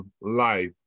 life